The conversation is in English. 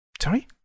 Sorry